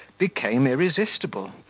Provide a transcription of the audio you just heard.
became irresistible,